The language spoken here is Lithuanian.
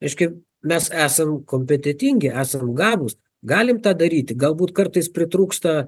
reiškia mes esam kompetentingi esam gabūs galim tą daryti galbūt kartais pritrūksta